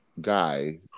Guy